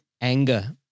anger